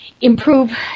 Improve